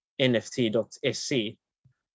NFT.SC